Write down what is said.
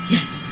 Yes